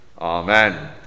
Amen